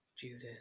Judith